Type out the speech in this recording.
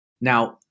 Now